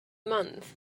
month